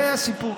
זה הסיפור.